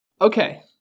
Okay